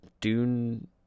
dune